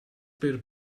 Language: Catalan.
per